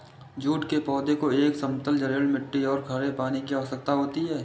jute के पौधे को एक समतल जलोढ़ मिट्टी और खड़े पानी की आवश्यकता होती है